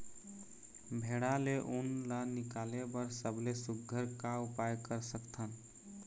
भेड़ा ले उन ला निकाले बर सबले सुघ्घर का उपाय कर सकथन?